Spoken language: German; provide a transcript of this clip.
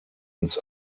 uns